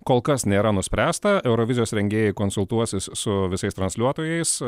kol kas nėra nuspręsta eurovizijos rengėjai konsultuosis su visais transliuotojais